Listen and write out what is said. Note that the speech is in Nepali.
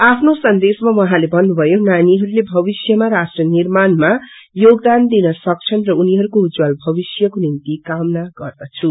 आफ्नो संदेशमा उहाँले भन्नुभयो नानीहरूको भविष्यमा राष्ट्र निर्माणम योगदान दिन सक्छन् र उनीहरूको उज्जवल भविष्यको निम्ति कामना गर्दछु